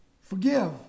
Forgive